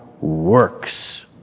works